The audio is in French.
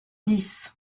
dix